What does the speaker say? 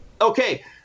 Okay